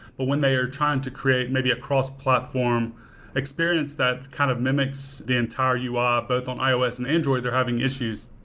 but when they are trying to create maybe a cross-platform experience that kind of mimics the entire ui um both on ios and android, they're having issues.